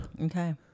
Okay